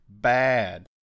bad